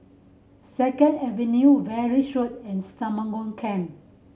Second Avenue Valley Road and Stagmont Camp